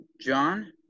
John